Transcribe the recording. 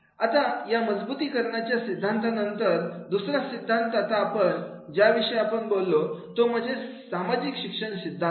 आता या मजबुतीकरणाच्या सिद्धांत नंतर दुसरा सिद्धांत आता आपण ज्या विषयी बोलूया तो म्हणजे सामाजिक शिक्षण सिद्धांत